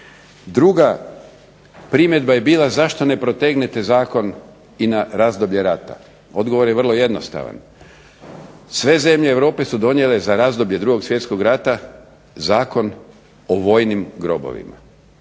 Druga primjedba je bila zašto ne protegnete zakon i na razdoblje rata. Odgovor je vrlo jednostavan. Sve zemlje su donijele za razdoblje 2. svjetskog rata Zakon o vojnim grobovima.